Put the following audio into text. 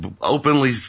openly